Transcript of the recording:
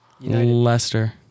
Leicester